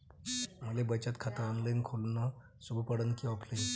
मले बचत खात ऑनलाईन खोलन सोपं पडन की ऑफलाईन?